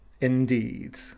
Indeed